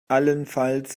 allenfalls